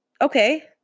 Okay